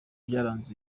byaranze